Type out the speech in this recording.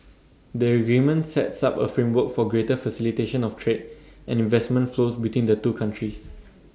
the agreement sets up A framework for greater facilitation of trade and investment flows between the two countries